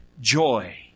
joy